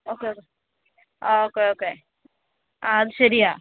okay okay ആ okay okay ആ അതു ശരിയാണ്